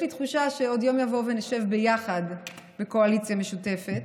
יש לי תחושה שעוד יום יבוא ונשב ביחד בקואליציה משותפת.